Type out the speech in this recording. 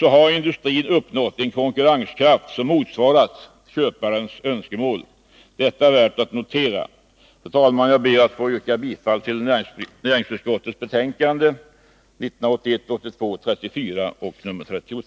har industrin uppnått en konkurrenskraft som motsvarat köparens önskemål. Detta är värt att notera. Fru talman! Jag ber att få yrka bifall till hemställan i näringsutskottets betänkanden 1981/1982:34 och 33.